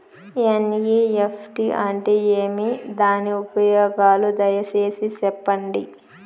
NEFT అంటే ఏమి? దాని ఉపయోగాలు దయసేసి సెప్పండి?